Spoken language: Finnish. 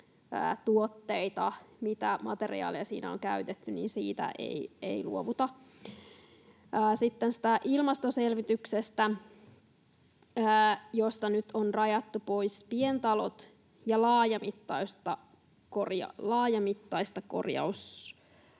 tuotteita, mitä materiaaleja siinä on käytetty, ei luovuta. Sitten ilmastoselvityksestä: Siitä on rajattu pois pientalot ja laajamittaista